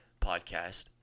podcast